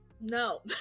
No